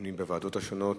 הדיונים בוועדות השונות